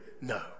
No